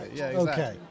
Okay